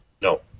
No